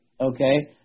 okay